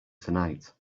tonight